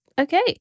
okay